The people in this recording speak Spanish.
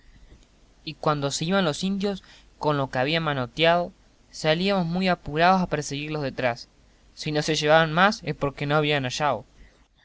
y cuando se iban los indios con lo que habían manotiao salíamos muy apuraos a perseguirlos de atrás si no se llevaban más es porque no habían